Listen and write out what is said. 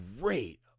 great